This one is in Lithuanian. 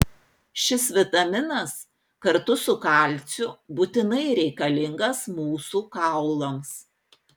šis vitaminas kartu su kalciu būtinai reikalingas mūsų kaulams